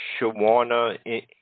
Shawana